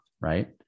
right